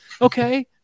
okay